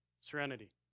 Serenity